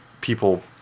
people